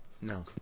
No